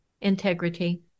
Integrity